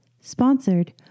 sponsored